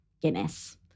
Guinness